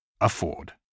Afford